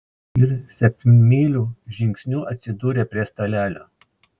ir septynmyliu žingsniu atsidūrė prie stalelio